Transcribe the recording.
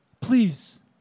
Please